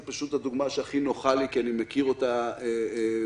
זו פשוט הדוגמה שהכי נוחה לי כי אני חי אותה יום-יום